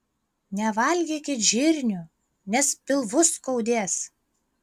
nevalgykit žirnių nes pilvus skaudės